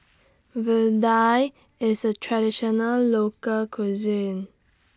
Vadai IS A Traditional Local Cuisine